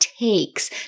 takes